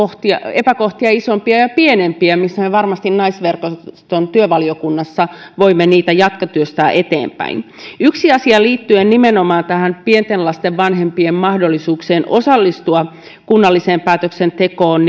epäkohtia isompia ja pienempiä joita me varmasti naisverkoston työvaliokunnassa voimme jatkotyöstää eteenpäin yksi asia joka tässä nousi esiin liittyen nimenomaan tähän pienten lasten vanhempien mahdollisuuteen osallistua kunnalliseen päätöksentekoon